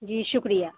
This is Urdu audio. جی شکریہ